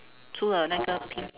two the 那个 pink